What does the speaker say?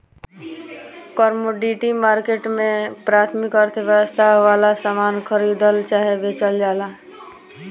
commodity market में प्राथमिक अर्थव्यवस्था वाला सामान खरीदल चाहे बेचल जाला